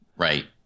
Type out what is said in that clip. Right